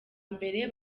mbere